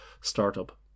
startup